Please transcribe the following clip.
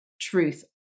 truth